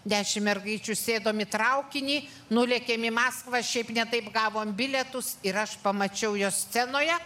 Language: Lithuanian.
dešimt mergaičių sėdom į traukinį nulėkėme į maskvą šiaip ne taip gavom bilietus ir aš pamačiau juos scenoje